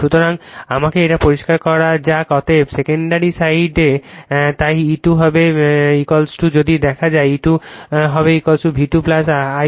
সুতরাং আমাকে এটা পরিষ্কার করা যাক অতএব সেকেন্ডারি সাইডে তাই E2 হবে যদি দেখা যায় E2 হবে V2 I2 R2 j I2 এটা